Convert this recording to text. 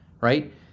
right